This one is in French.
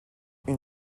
une